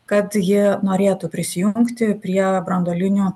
kad ji norėtų prisijungti prie branduolinio